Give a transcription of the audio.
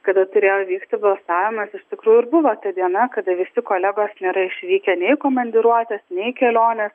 kada turėjo vykti balsavimas iš tikrųjų ir buvo ta diena kada visi kolegos nėra išvykę nei komandiruotės nei kelionės